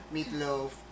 Meatloaf